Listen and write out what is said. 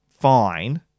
fine